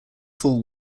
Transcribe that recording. full